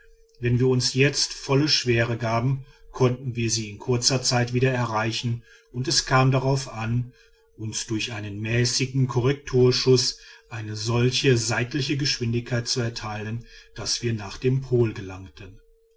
wenn wir uns jetzt volle schwere gaben konnten wir sie in kurzer zeit wieder erreichen und es kam darauf an uns durch einen mäßigen korrekturschuß eine solche seitliche geschwindigkeit zu erteilen daß wir nach dem pol gelangten